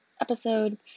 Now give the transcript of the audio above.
episode